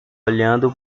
olhando